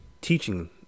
teaching